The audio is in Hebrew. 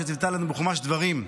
שציוותה לנו בחומש דברים: